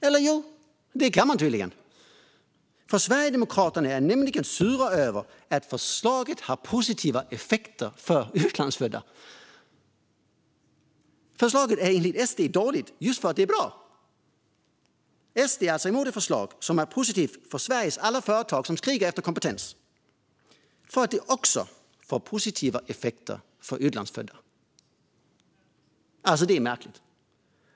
Eller jo, det kan man tydligen. Sverigedemokraterna är nämligen sura över att förslaget har positiva effekter för utlandsfödda. Förslaget är enligt SD dåligt just för att det är bra! SD är alltså mot ett förslag som är positivt för Sveriges alla företag som skriker efter kompetens för att det också får positiva effekter för utlandsfödda. Det är märkligt.